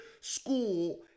school